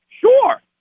Sure